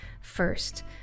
first